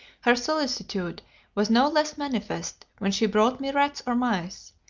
her solicitude was no less manifest when she brought me rats or mice.